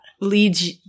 leads